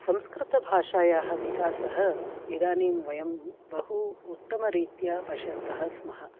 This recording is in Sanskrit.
संस्कृतभाषायाः विकासः इदानीं वयं बहु उत्तमरीत्या पश्यन्तः स्मः